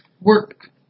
work